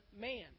man